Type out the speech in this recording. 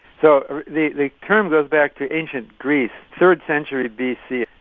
so the the term goes back to ancient greece third century b c.